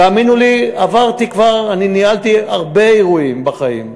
תאמינו לי, ניהלתי הרבה אירועים בחיים,